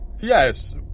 Yes